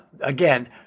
again